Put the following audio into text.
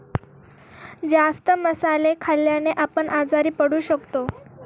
जास्त मसाले खाल्ल्याने आपण आजारी पण पडू शकतो